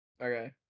Okay